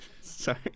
Sorry